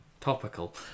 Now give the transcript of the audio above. Topical